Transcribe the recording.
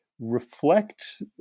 reflect